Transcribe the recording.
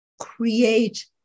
create